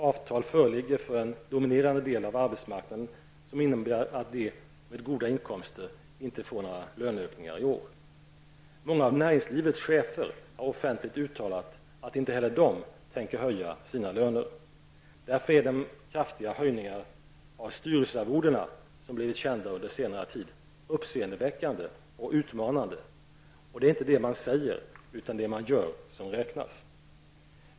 Avtal föreligger för en dominerande del av arbetsmarknaden som innebär att de med goda inkomster inte får några löneökningar i år. Många av näringslivets chefer har offentligt uttalat att inte heller de tänker höja sina löner. Därför är de kraftiga höjningar av styrelsearvodena som blivit kända under senare tid uppseendeväckande och utmanande. Och det är inte det man säger utan det man gör som räknas.